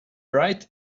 right